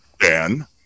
Dan